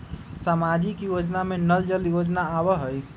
सामाजिक योजना में नल जल योजना आवहई?